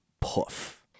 poof